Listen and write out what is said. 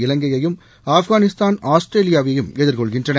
இலங்கையும் ஆப்கானிஸ்தான் ஆஸ்திரேலியாவையும் எதிர்கொள்கின்றன